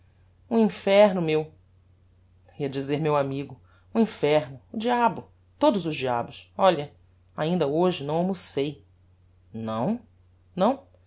um inferno meu ia dizer meu amigo um inferno o diabo todos os diabos olhe ainda hoje não almocei não não